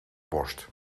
worst